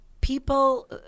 People